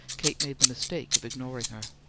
kate made the mistake of ignoring her.